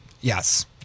Yes